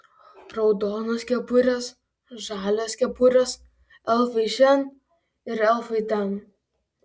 raudonos kepurės žalios kepurės elfai šen ir elfai ten